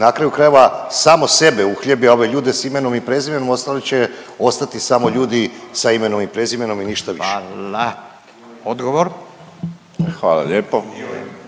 na kraju krajeva, samo sebe uhljebi, a ove ljude s imenom i prezimenom ostali će ostati samo ljudi sa imenom i prezimenom i ništa više. **Radin, Furio